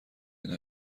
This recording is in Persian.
این